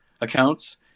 accounts